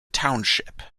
township